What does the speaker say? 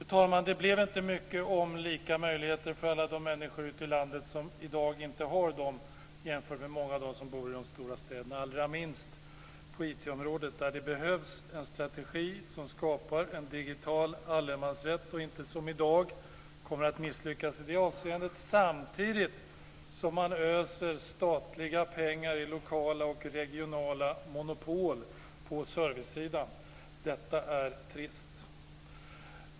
Fru talman! Det blev inte mycket sagt om lika möjligheter. Det gäller alla de människor ute i landet som i dag inte har samma möjligheter som många av dem som bor i de stora städerna, allra minst på IT området. Där behövs det en strategi som skapar en digital allemansrätt och inte, som i dag, en som kommer att misslyckas i det avseendet samtidigt som man öser statliga pengar i lokala och regionala monopol på servicesidan. Detta är trist.